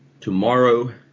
Tomorrow